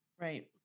right